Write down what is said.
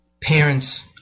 parents